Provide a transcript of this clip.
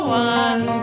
one